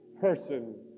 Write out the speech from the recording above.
person